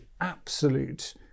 absolute